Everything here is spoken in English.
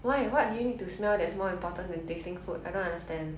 why what do you need to smell that's more important than tasting food I don't understand